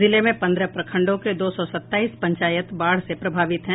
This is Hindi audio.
जिले में पन्द्रह प्रखंडों के दो सौ सत्ताईस पंचायत बाढ़ से प्रभावित हैं